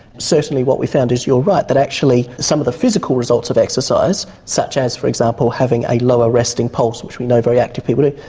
certainly what we found is you're right that actually some of the physical results of exercise such as for example having a lower resting pulse which we know very active people do,